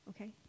okay